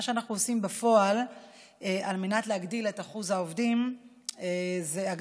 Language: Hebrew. מה שאנחנו עושים בפועל על מנת להגדיל את אחוז העובדים זה גם